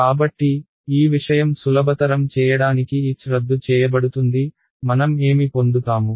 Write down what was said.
కాబట్టి ఈ విషయం సులభతరం చేయడానికి h రద్దు చేయబడుతుంది మనం ఏమి పొందుతాము